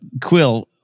Quill